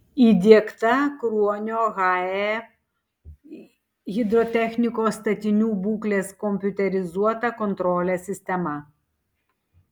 įdiegta kruonio hae hidrotechnikos statinių būklės kompiuterizuota kontrolės sistema